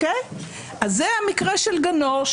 אז זה המקרה של גנור,